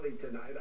tonight